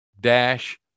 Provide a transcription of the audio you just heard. dash